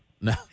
No